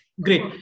Great